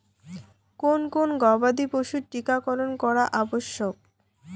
কোন কোন গবাদি পশুর টীকা করন করা আবশ্যক?